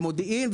במודיעין,